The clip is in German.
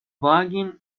wagen